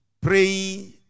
Pray